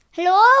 Hello